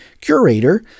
curator